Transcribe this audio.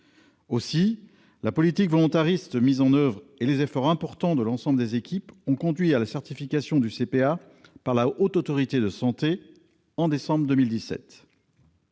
termes. La politique volontariste mise en oeuvre par le CPA et les efforts importants de l'ensemble de ses équipes ont conduit à sa certification par la Haute Autorité de santé en décembre 2017.